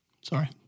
Sorry